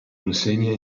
insegna